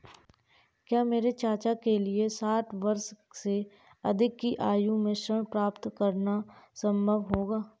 क्या मेरे चाचा के लिए साठ वर्ष से अधिक की आयु में ऋण प्राप्त करना संभव होगा?